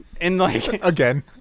Again